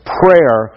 prayer